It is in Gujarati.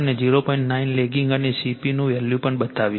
9 લેગિંગ અને CP નું વેલ્યુ પણ બતાવીશ